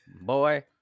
boy